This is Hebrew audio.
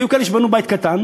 היו כאלה שבנו בית קטן,